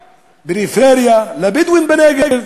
לפריפריה, לבדואים בנגב,